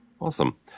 Awesome